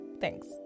thanks